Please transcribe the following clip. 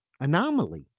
anomaly